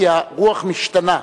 כי הרוח משתנה.